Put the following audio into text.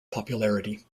popularity